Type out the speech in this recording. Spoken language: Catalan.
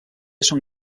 són